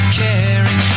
caring